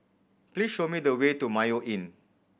please show me the way to Mayo Inn